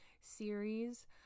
series